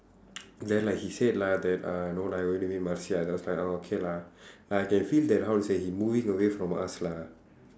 then like he say lah that uh no lah I going to meet marcia then I was like orh okay lah like I can feel that how to say he moving away from us lah